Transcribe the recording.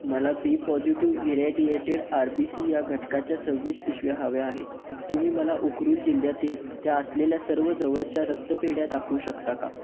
मला B positive irradiated R B C या घटकाच्या सव्वीस पिशव्या हव्या आहेत तुम्ही मला उखरुल जिल्ह्यातील त्या असलेल्या सर्व जवळच्या रक्तपेढ्या दाखवू शकता का